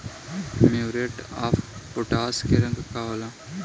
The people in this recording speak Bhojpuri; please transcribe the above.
म्यूरेट ऑफपोटाश के रंग का होला?